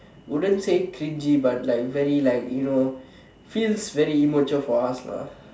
wouldn't say cringy but like very like you know feels very immature for us lah